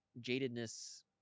jadedness